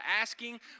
asking